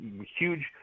huge